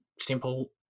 simple